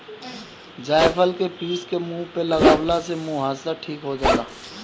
जायफल के पीस के मुह पे लगवला से मुहासा ठीक हो जाला